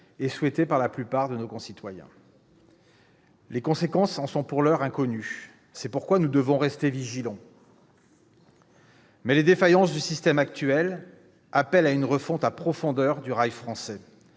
et souhaitée par la plupart de nos concitoyens. Les conséquences en sont pour l'heure inconnues ; c'est la raison pour laquelle nous devons rester vigilants. Mais les défaillances du système actuel appellent une refonte en profondeur du rail français